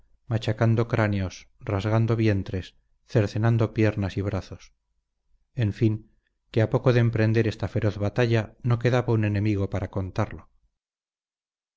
machacando cráneos rasgando vientres cercenando piernas y brazos en fin que a poco de emprender esta feroz batalla no quedaba un enemigo para contarlo